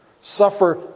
suffer